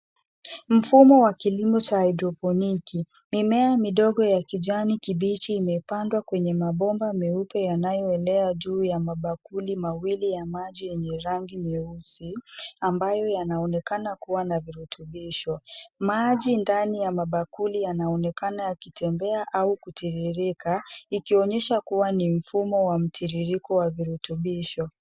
Mfumo wa kilimo wa haedroponiki. Mimea midogo ya kijani kibichi imepandwa kwenye mabomba meupe yanayo elea juu ya mabakuli mawili ya maji yenye rangi nyeusi ambayo yanaonekana kuwa na virutubisho. Maji ndani ya mabakuli yanaonekana yakitembea au kutiririka ikionyesha kuwa ni mfumo wa mtiririko wa virutubisho.